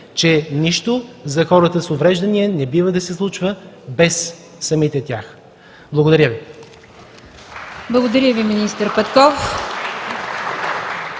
че нищо за хората с увреждания не бива да се случва без самите тях. Благодаря Ви.